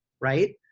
right